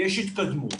יש התקדמות.